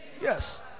Yes